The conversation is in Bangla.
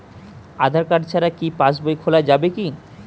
আধার কার্ড ছাড়া কি পাসবই খোলা যাবে কি?